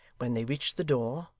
when they reached the door,